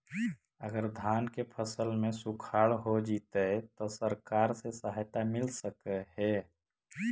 अगर धान के फ़सल में सुखाड़ होजितै त सरकार से सहायता मिल सके हे?